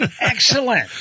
Excellent